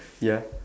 ya